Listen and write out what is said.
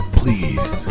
please